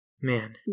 man